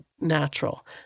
natural